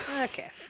Okay